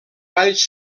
balls